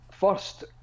First